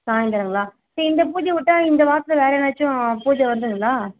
சாயந்தரங்களா சரி இந்த பூஜையை விட்டா இந்த வாரத்தில் வேறு எதுனாச்சும் பூஜை வருதுங்களா